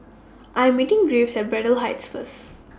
I'm meeting Graves At Braddell Heights First